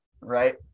right